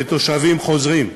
ותושבים חוזרים.